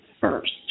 first